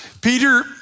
Peter